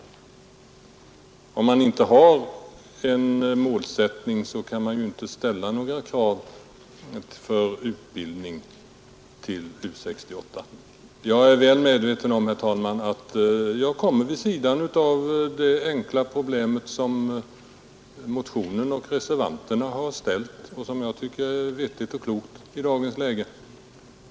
Om man inte har någon målsättning, kan man inte ställa några krav på utbildning till U 68. Jag är, herr talman, väl medveten om att vi kommit vid sidan om det enkla problem som motionen och reservationen berör och som jag i dagens läge tycker det vore vettigt och klokt att lösa.